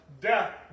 death